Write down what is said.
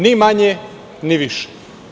Ni manje, ni više.